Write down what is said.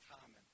common